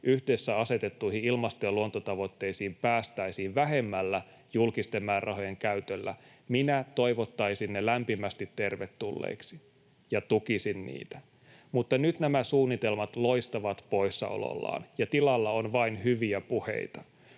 yhdessä asetettuihin ilmasto- ja luontotavoitteisiin päästäisiin vähemmällä julkisten määrärahojen käytöllä, minä toivottaisin ne lämpimästi tervetulleiksi ja tukisin niitä, mutta nyt nämä suunnitelmat loistavat poissaolollaan ja tilalla on vain hyviä puheita.